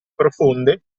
profonde